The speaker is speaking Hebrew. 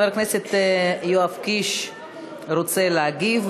חבר הכנסת יואב קיש רוצה להגיב.